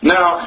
Now